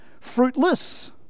fruitless